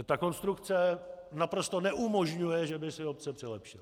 Tato konstrukce naprosto neumožňuje, že by si obce přilepšily.